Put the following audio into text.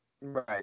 Right